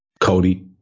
Cody